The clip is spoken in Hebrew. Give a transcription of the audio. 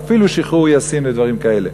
אפילו שחרור יאסין ודברים כאלה.